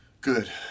Good